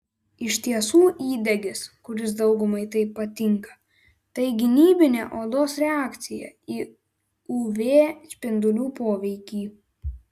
iš tiesų įdegis kuris daugumai taip patinka tai gynybinė odos reakcija į uv spindulių poveikį